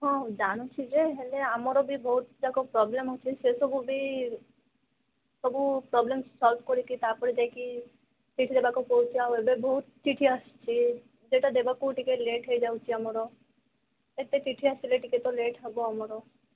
ହଁ ଜାଣୁଛି ଯେ ହେଲେ ଆମର ବି ବହୁତ ଯାକ ପ୍ରୋବ୍ଲେମ ହେଉଛି ସେ ସବୁ ବି ସବୁ ପ୍ରୋବ୍ଲେମ ସଲ୍ଭ କରିକି ତାପରେ ଯାଇକି ଚିଠି ଦେବାକୁ ପଡ଼ୁଛି ଏବେ ବହୁତ ଚିଠି ଆସୁଛି ସେଇଟା ଦେବାକୁ ଟିକେ ଲେଟ୍ ହୋଇଯାଉଛି ଆମର ଏତେ ଚିଠି ଆସିଲେ ଟିକେ ତ ଲେଟ୍ ହେବ ଆମର